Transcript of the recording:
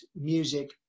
music